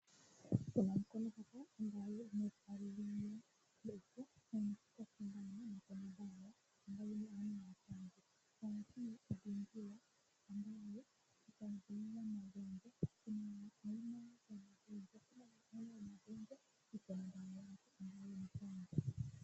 Mwanamke hapa amevaa nguo nyeupe na amesimama na mkononi amebeba kikapu. Na pia amevaa koti. Na pia amevaa magwanda. Na pia amevaa magwanda.